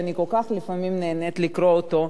שאני כל כך נהנית לפעמים לקרוא אותו,